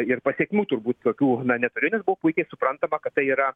ir pasekmių turbūt tokių na neturėtum buvo puikiai suprantama kad tai yra